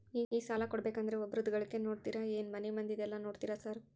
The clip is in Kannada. ಈ ಸಾಲ ಕೊಡ್ಬೇಕಂದ್ರೆ ಒಬ್ರದ ಗಳಿಕೆ ನೋಡ್ತೇರಾ ಏನ್ ಮನೆ ಮಂದಿದೆಲ್ಲ ನೋಡ್ತೇರಾ ಸಾರ್?